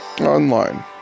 online